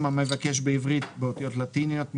________________________ (באותיות לטיניות)